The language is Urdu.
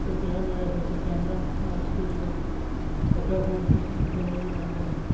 اس کا تیرہ میگا پکسل کیمرا آج کے جو پچاس میگا پکسل کے کیمرا کے برابر ہے